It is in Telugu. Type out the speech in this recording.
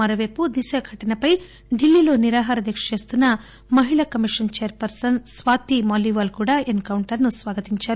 మరో పైపు దిశ ఘటనపై ఢిల్లీలో నిరాహారదీక్ష చేస్తున్న మహిళా commission chairperson Swati Maliwal కూడా ఎస్ కౌంటర్ ను స్వాగతించారు